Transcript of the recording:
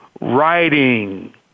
Writing